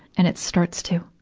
and it starts to.